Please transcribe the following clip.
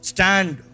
Stand